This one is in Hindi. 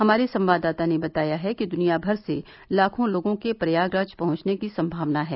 हमारे संवददाता ने बताया है कि दुनियाभर से लाखों लोगों के प्रयागराज पहुंचने की संभावना है